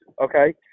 okay